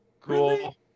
cool